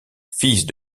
fils